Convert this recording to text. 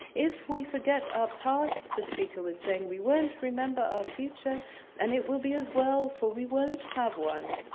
if we forget our past, the speaker was saying, we won't remember our future and it will be as well for we won't have one.